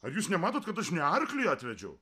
ar jūs nematot kad aš ne arklį atvedžiau